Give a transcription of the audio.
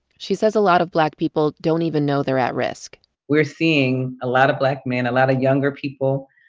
she says a lot of black people don't even know they're at risk we're seeing a lot of black men, a lot of younger people.